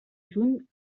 juny